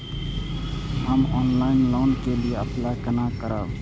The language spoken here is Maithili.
हम ऑनलाइन लोन के लिए अप्लाई केना करब?